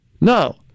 No